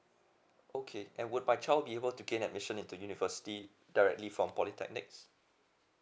okay and would my child able to gain admission into university directly from polytechnics